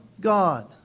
God